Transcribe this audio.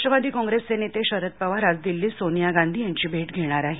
राष्ट्रवादी कॉंग्रेसचे नेते शरद पवार आज दिल्लीत सोनिया गांधी यांची भेट घेणार आहेत